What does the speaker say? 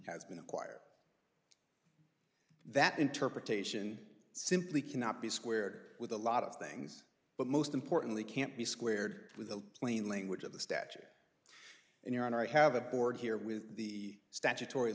has been acquired that interpretation simply cannot be squared with a lot of things but most importantly can't be squared with the plain language of the statute and your honor i have a board here with the statutory